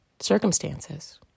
circumstances